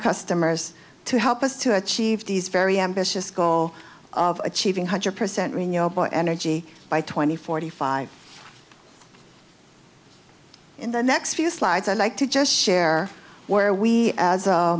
customers to help us to achieve these very ambitious goal of achieving hundred percent renewable energy by twenty forty five in the next few slides i'd like to just share where we as